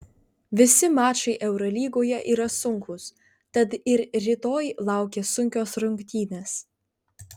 visi mačai eurolygoje yra sunkūs tad ir rytoj laukia sunkios rungtynės